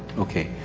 okay,